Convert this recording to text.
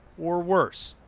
or worse.